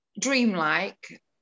dreamlike